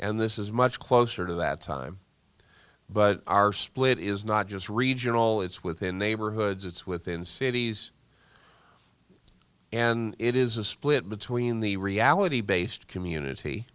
and this is much closer to that time but our split is not just regional it's within neighborhoods it's within cities and it is a split between the reality based community